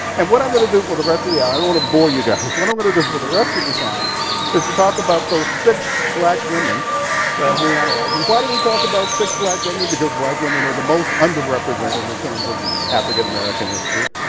and what i'm going to do for the rest of the hour i don't want to bore you guys. what i'm going to do for the rest of the time is to talk about those six black women that we analyze. and why do we talk about six black women? because black women are the most underrepresented in terms of african-american history.